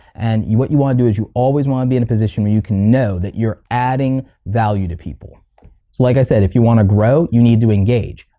and what you wanna do is you always wanna be in a position where you can know that you're adding value to people. so like i said, if you wanna grow, you need to engage.